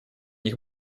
них